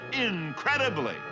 incredibly